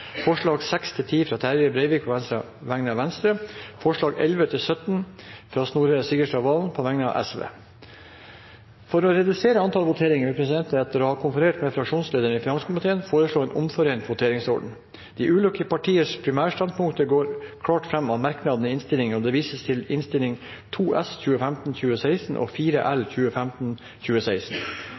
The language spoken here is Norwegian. forslag. Det er forslagene nr. 1–5, fra Trygve Slagsvold Vedum på vegne av Senterpartiet forslagene nr. 6–10, fra Terje Breivik på vegne av Venstre forslagene nr. 11–17, fra Snorre Serigstad Valen på vegne av Sosialistisk Venstreparti For å redusere antall voteringer vil presidenten, etter å ha konferert med fraksjonslederne i finanskomiteen, foreslå en omforent voteringsorden. De ulike partienes primærstandpunkter går klart fram av merknadene i innstillingen, og det vises i tillegg til Innst. 2 S for 2015–2016 og 4 L